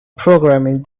programming